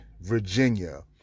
Virginia